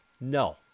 no